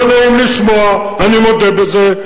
לא נעים לשמוע, אני מודה בזה.